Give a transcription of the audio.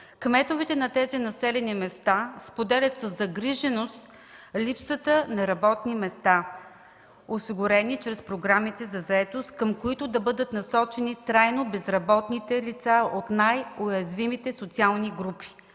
Кметовете на тези населени места споделят със загриженост липсата на работни места, осигурени чрез програмите за заетост, към които да бъдат насочени трайно безработните лица от най-уязвимите социални групи,